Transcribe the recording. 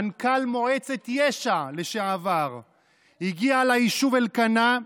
מנכ"ל מועצת יש"ע לשעבר הגיע ליישוב אלקנה,